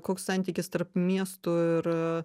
koks santykis tarp miestų ir